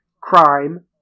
crime